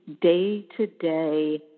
day-to-day